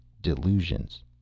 delusions